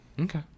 Okay